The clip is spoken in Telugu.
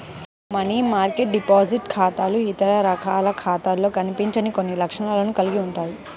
మనీ మార్కెట్ డిపాజిట్ ఖాతాలు ఇతర రకాల ఖాతాలలో కనిపించని కొన్ని లక్షణాలను కలిగి ఉంటాయి